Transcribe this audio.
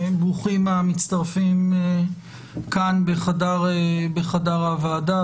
ברוכים המצטרפים כאן בחדר הוועדה.